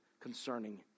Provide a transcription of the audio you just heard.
concerning